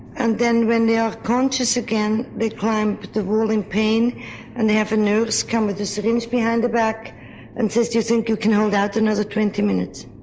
and then when they are conscious again they climb up but the wall in pain and they have a nurse come with a syringe behind the back and says do you think you can hold out another twenty minutes.